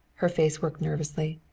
her face worked nervously.